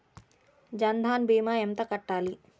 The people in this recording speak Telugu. జన్ధన్ భీమా ఎంత కట్టాలి?